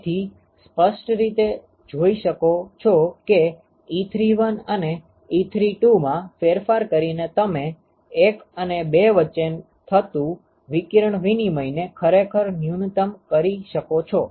તેથી તમે સ્પષ્ટ રીતે જોઈ શકો છો કે 31 અને 32 માં ફેરફાર કરીને તમે 1 અને 2 વચ્ચે થતું વિકિરણ વિનિમયને ખરેખર ન્યુનતમ કરી શકો છો